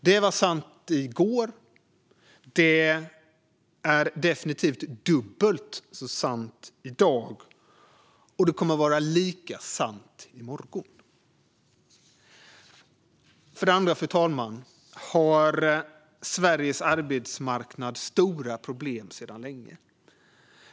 Det var sant i går, det är definitivt dubbelt så sant i dag och det kommer att vara lika sant i morgon. För det andra har Sveriges arbetsmarknad stora problem sedan länge.